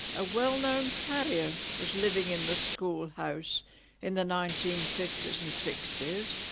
a well known carrier, was living in the schoolhouse in the nineteen fifty s and sixty s.